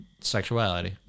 sexuality